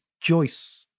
Joyce